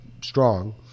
strong